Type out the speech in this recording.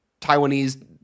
Taiwanese